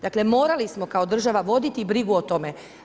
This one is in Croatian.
Dakle morali smo kao država voditi brigu o tome.